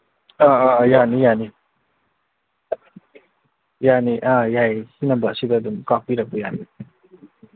ꯑ ꯑ ꯌꯥꯅꯤ ꯌꯥꯅꯤ ꯌꯥꯅꯤ ꯑ ꯌꯥꯏ ꯁꯤ ꯅꯝꯕꯔꯁꯤꯗ ꯑꯗꯨꯝ ꯀꯥꯞꯄꯤꯔꯛꯄ ꯌꯥꯅꯤ